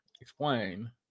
Explain